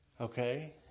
Okay